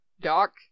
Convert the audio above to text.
doc